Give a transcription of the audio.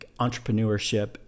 entrepreneurship